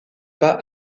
pas